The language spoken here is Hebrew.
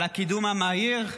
על הקידום המהיר.